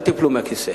אל תיפלו מהכיסא,